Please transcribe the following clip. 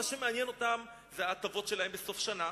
מה שמעניין אותם זה ההטבות שלהם בסוף השנה,